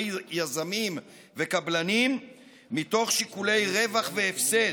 יזמים וקבלנים מתוך שיקולי רווח והפסד: